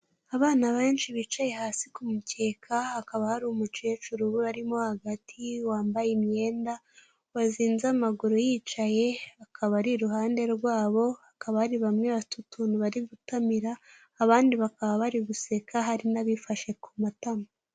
Abana benshi bicaye hasi ku mukeka hakaba hari umukecuru uba arimo hagati wambaye imyenda wazinze amaguru yicaye akaba ari iruhande rwabo hakaba ari bamwe bafite utuntu bari gutamira abandi bakaba bari guseka hari n'abifashe ku matama.